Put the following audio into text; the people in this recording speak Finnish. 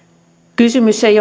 kysymys ei